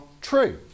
true